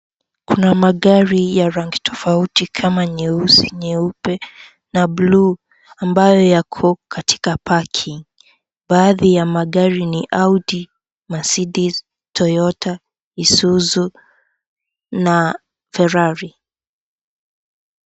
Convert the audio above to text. Kuna magari ya rangi tofauti kama nyeusi, nyeupe na buluu ambayo yako katika parking baadhi ya magari ni Audi, Mercedes, Toyota, Isuzu na Ferrari.